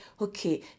okay